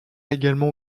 également